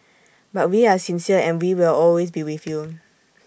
but we are sincere and we will always be with you